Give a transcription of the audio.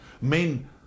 Men